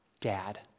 dad